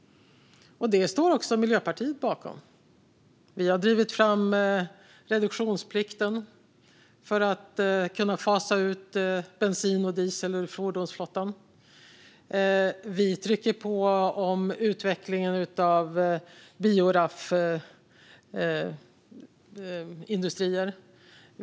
Detta står också Miljöpartiet bakom. Vi har drivit fram reduktionsplikten för att kunna fasa ut bensin och diesel ur fordonsflottan, och vi trycker på för utvecklingen av bioraffindustrin.